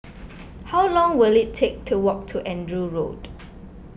how long will it take to walk to Andrew Road